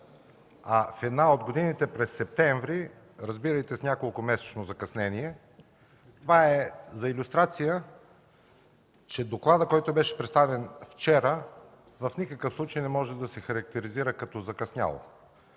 а в една от годините – през месец септември, разбирайте с неколкомесечно закъснение. Това е за илюстрация, че докладът, който беше представен вчера, в никакъв случай не може да се характеризира като закъснял.